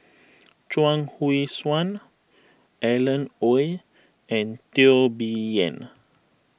Chuang Hui Tsuan Alan Oei and Teo Bee Yen